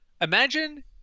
Imagine